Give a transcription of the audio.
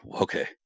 Okay